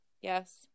yes